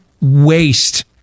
waste